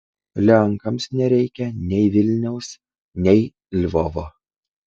lenkams nereikia nei vilniaus nei lvovo